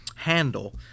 handle